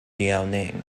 liaoning